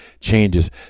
changes